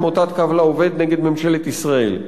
עמותת "קו לעובד" נגד ממשלת ישראל.